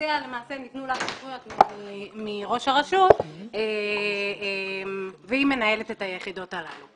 ולה ניתנו סמכויות מראש הרשות והיא מנהלת את היחידות הללו.